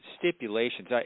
stipulations